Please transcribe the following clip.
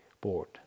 board